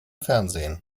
fernsehen